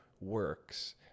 works